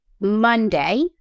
Monday